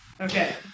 Okay